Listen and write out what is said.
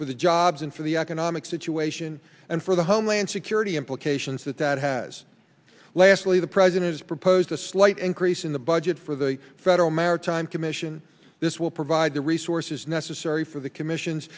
for the jobs and for the economic situation and for the homeland security implications that that has lastly the president has proposed a slight increase in the budget for the federal maritime commission this will provide the resources necessary for the commission